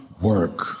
work